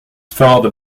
father